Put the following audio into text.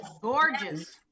gorgeous